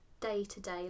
day-to-day